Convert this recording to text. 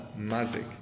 Mazik